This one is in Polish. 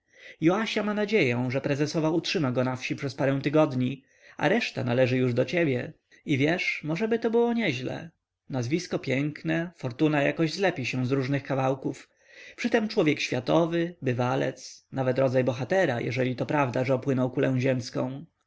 tobą joasia ma nadzieję że prezesowa utrzyma go na wsi przez parę tygodni a reszta należy już do ciebie i wiesz możeby to było nieźle nazwisko piękne fortuna jakoś zlepi się z różnych kawałków przytem człowiek światowy bywalec nawet rodzaj bohatera jeżeli to prawda że opłynął kulę ziemską